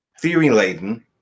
theory-laden